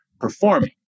performing